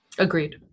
Agreed